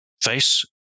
face